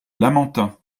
lamentin